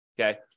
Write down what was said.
okay